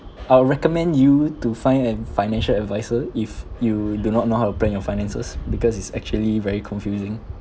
I'll recommend you to find an financial advisor if you do not know how to plan your finances because it's actually very confusing